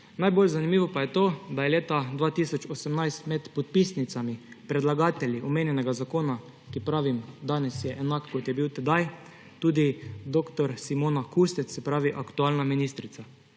Najbolj zanimivo pa je to, da je leta 2018 med podpisnicami predlagatelji omenjenega zakona, za katerega pravim, da je danes enak, kot je bil tedaj, bila tudi dr. Simona Kustec, se pravi aktualna ministrica.